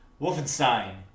Wolfenstein